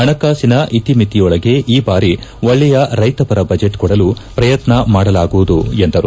ಹಣಕಾಸಿನ ಇತಿಮಿತಿಯೊಳಗೆ ಈ ಬಾರಿ ಒಳ್ಳೆಯ ರೈತಪರ ಬಜೆಟ್ ಕೊಡಲು ಪ್ರಯತ್ನ ಮಾಡಲಾಗುವುದು ಎಂದರು